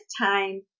time